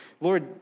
Lord